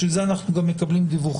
בשביל זה אנחנו גם מקבלים דיווחים